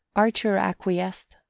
archer acquiesced,